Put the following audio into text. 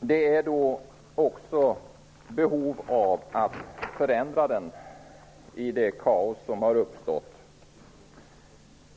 Det finns då också behov av att förändra den i det kaos som har uppstått.